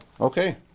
okay